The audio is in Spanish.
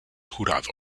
jurado